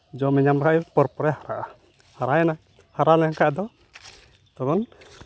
ᱡᱚᱢᱮᱭ ᱧᱟᱢ ᱠᱷᱟᱱ ᱯᱚᱨᱼᱯᱚᱨᱮᱭ ᱦᱟᱨᱟᱜᱼᱟ ᱦᱟᱨᱟᱭᱮᱱᱟ ᱦᱟᱨᱟ ᱞᱮᱱᱠᱷᱟᱱ ᱟᱫᱚ ᱛᱚᱠᱷᱚᱱ